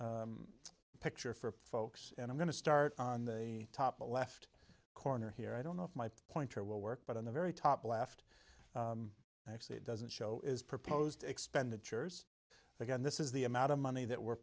picture for folks and i'm going to start on the top left corner here i don't know if my pointer will work but on the very top left actually it doesn't show is proposed expenditures again this is the amount of money that we're